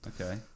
okay